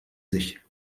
sich